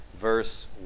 verse